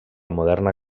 moderna